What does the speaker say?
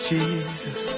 Jesus